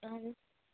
اَہَن حظ